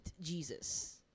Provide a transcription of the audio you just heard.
Jesus